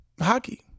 hockey